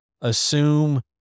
Assume